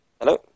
Hello